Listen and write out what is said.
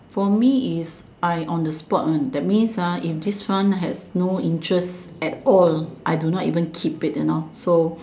for me is I on the spot one that means ah if this one has no interest at all I do not even keep it you know so